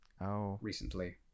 recently